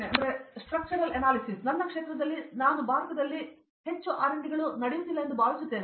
ಆದ್ದರಿಂದ ನನ್ನ ಕ್ಷೇತ್ರದಲ್ಲಿ ನಾನು ಭಾರತದಲ್ಲಿ ಹೆಚ್ಚು R D ಗಳು ನಡೆಯುತ್ತಿಲ್ಲ ಎಂದು ಭಾವಿಸುತ್ತೇನೆ